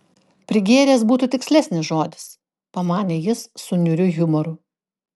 prigėręs būtų tikslesnis žodis pamanė jis su niūriu humoru